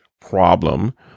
problem